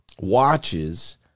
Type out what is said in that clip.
watches